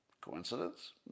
Coincidence